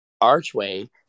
archway